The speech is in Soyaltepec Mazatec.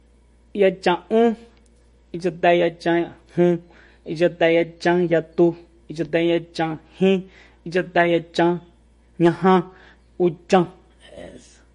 Yachan'ún ichateyajun ichateyachanyatu ichateyachanjin ichateyachanñaja uchan